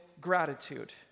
gratitude